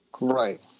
Right